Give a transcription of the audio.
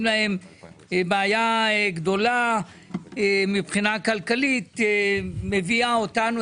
להם בעיה גדולה מבחינה כלכלית מביאה אותנו,